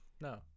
No